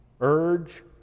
urge